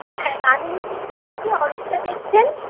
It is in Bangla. হ্যাঁ রাঁধুনির দিকটা নাকি অরূপদা দেখছেন